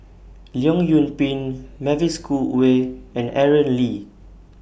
Leong Yoon Pin Mavis Khoo Oei and Aaron Lee